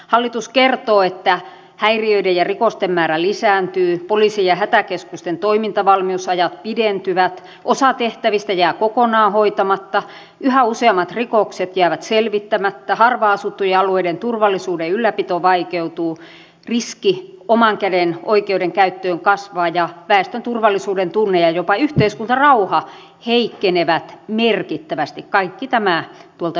hallitus kertoo että häiriöiden ja rikosten määrä lisääntyy poliisin ja hätäkeskusten toimintavalmiusajat pidentyvät osa tehtävistä jää kokonaan hoitamatta yhä useammat rikokset jäävät selvittämättä harvaan asuttujen alueiden turvallisuuden ylläpito vaikeutuu riski oman käden oikeuden käyttöön kasvaa ja väestön turvallisuudentunne ja jopa yhteiskuntarauha heikkenevät merkittävästi kaikki tämä tuolta selonteosta